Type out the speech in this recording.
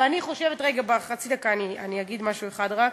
ואני חושבת, רגע, בחצי דקה אגיד רק דבר אחד: